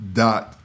dot